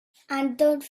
forget